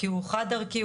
כי הוא חד ערכי,